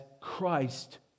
Christ